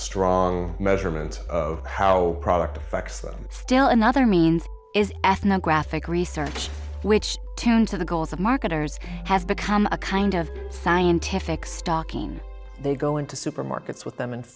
strong measurement of how product affects them still another means ethnographic research which tends to the goals of marketers have become a kind of scientific stock in they go into supermarkets with them and